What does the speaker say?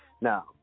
Now